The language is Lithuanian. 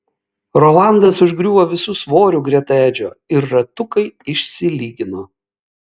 rolandas užgriuvo visu svoriu greta edžio ir ratukai išsilygino